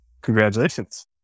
congratulations